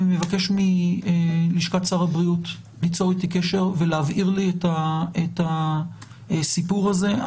אני מבקש מלשכת שר הבריאות ליצור איתי קשר ולהבהיר לי את הסיפור הזה.